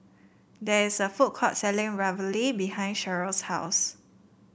there is a food court selling Ravioli behind Cherryl's house